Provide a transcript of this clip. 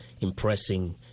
impressing